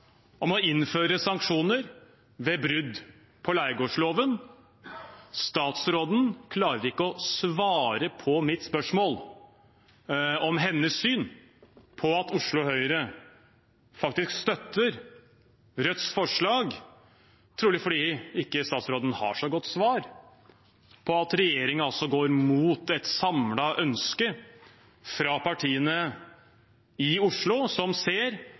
om å innføre sanksjoner ved brudd på leiegårdsloven. Statsråden klarer ikke å svare på mitt spørsmål om hennes syn på at Oslo Høyre faktisk støtter Rødts forslag. Det er trolig fordi statsråden ikke har et godt svar